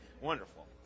wonderful